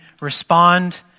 respond